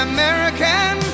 American